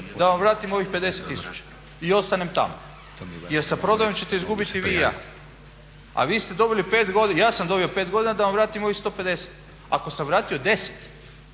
da vam vratim ovih 50 tisuća i ostanem tamo. Jer sa prodajom ćete izgubiti i vi i ja. A vi ste dobili, ja sam dobio 5 godina da vam vratim ovih 150, ako sam vratio 10